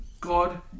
God